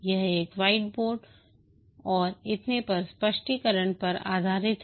यह एक व्हाइटबोर्ड और इतने पर स्पष्टीकरण पर आधारित है